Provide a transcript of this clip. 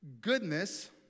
goodness